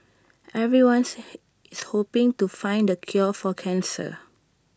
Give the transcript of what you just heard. everyone's hoping to find the cure for cancer